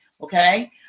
okay